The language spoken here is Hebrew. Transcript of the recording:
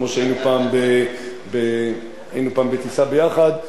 כמו שהיינו פעם בטיסה ביחד,